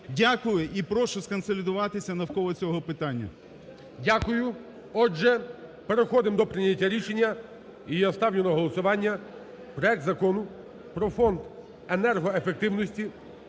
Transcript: Дякую і прошу сконсолідуватися навколо цього питання. ГОЛОВУЮЧИЙ. Дякую. Отже, переходимо до прийняття рішення. І я ставлю на голосування проект Закону про Фонд енергоефективності